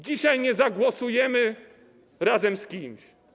Dzisiaj nie zagłosujemy razem z kimś.